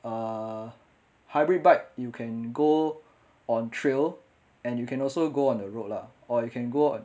um hybrid bike you can go on trail and you can also go on the road lah or you can go on